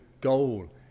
goal